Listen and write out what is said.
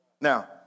now